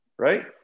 right